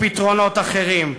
ופתרונות אחרים.